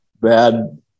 bad